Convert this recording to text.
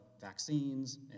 vaccines